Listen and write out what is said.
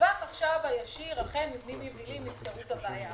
בטווח הישיר אכן מבנים יבילים יפתרו את הבעיה,